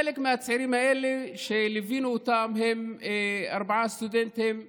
חלק מהצעירים האלה שליווינו אותם הם ארבעה סטודנטים מהדרום,